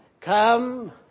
Come